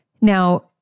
Now